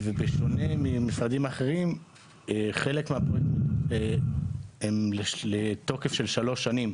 ובשונה ממשרדים אחרים חלק מהפרויקטים הם לתוקף של שלוש שנים,